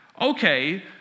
okay